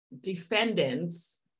defendants